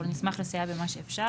אבל נשמח לסייע במה שאפשר.